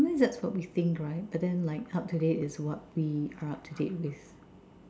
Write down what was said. sometimes that's what we think right but then like up to date is what we are up to date with